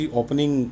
opening